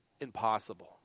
Impossible